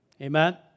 Amen